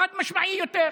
חד-משמעית יותר.